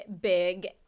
big